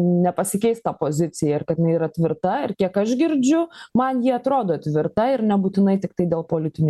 nepasikeis ta pozicija ir kad jinai yra tvirta ir kiek aš girdžiu man ji atrodo tvirta ir nebūtinai tiktai dėl politinių